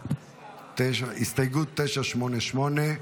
הסתייגות 988,